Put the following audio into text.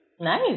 Nice